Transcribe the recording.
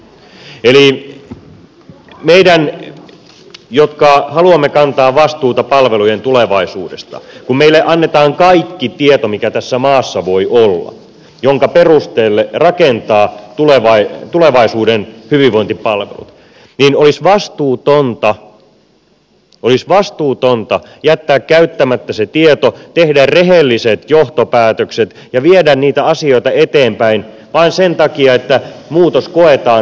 eli meidän jotka haluamme kantaa vastuuta palvelujen tulevaisuudesta ja kun meille annetaan kaikki tieto mikä tässä maassa voi olla minkä perusteella rakentaa tulevaisuuden hyvinvointipalvelut olisi vastuutonta jättää käyttämättä se tieto olla tekemättä rehellisiä johtopäätöksiä ja olla viemättä niitä asioita eteenpäin vain sen takia että muutos koetaan hankalaksi